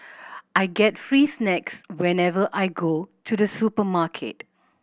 I get free snacks whenever I go to the supermarket